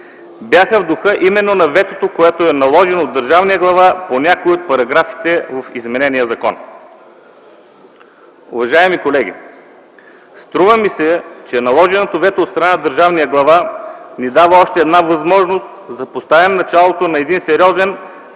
бяха в духа именно на ветото, което е наложено от държавния глава по някои от параграфите в изменения закон. Уважаеми колеги, струва ми се, че наложеното вето от страна на държавния глава ни дава още една възможност, за да поставим началото на един сериозен